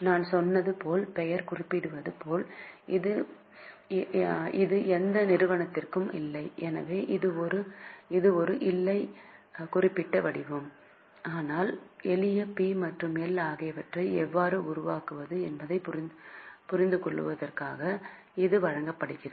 நான் சொன்னது போல் பெயர் குறிப்பிடுவது போல இது எந்த நிறுவனத்திற்கும் இல்லை எனவே இது ஒரு இல்லை குறிப்பிட்ட வடிவம் ஆனால் ஒரு எளிய பி மற்றும் எல் ஆகியவற்றை எவ்வாறு உருவாக்குவது என்பதைப் புரிந்துகொள்வதற்காக இது வழங்கப்படுகிறது